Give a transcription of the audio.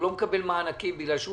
הוא לא מקבל מענקים בגלל שהוא